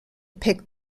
pick